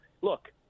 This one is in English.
Look